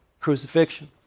crucifixion